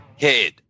head